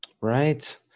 Right